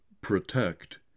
protect